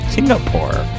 Singapore